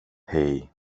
hej